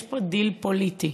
יש פה דיל פוליטי,